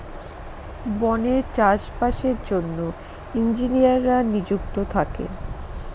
বনে চাষ বাসের জন্য ইঞ্জিনিয়াররা নিযুক্ত থাকে